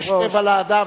יש טבע לאדם,